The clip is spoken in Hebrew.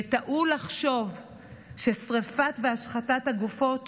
וטעו לחשוב ששרפת והשחתת הגופות